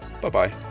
bye-bye